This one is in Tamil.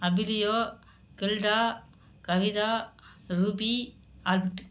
Abilio Gilda Kavitha Ruby at